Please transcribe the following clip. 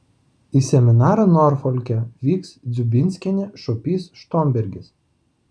į seminarą norfolke vyks dziubinskienė šuopys štombergis